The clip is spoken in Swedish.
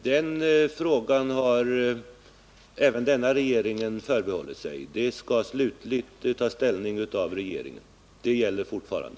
Herr talman! Även denna regering har förbehållit sig den rätten. Det slutliga ställningstagandet görs av regeringen. Det gäller fortfarande.